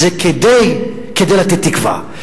זה כדי לתת תקווה.